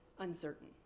Uncertain